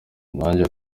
nanjye